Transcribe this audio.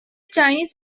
chinese